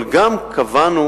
אבל גם קבענו